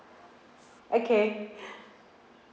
okay